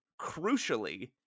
crucially